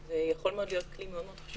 זה יכול להיות כלי מאוד חשוב.